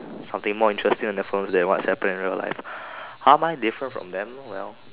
something more interesting on their phones they WhatsApping in real like how am I different from them well